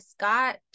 Scott